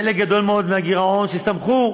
חלק גדול מאוד מהגירעון, כי סמכו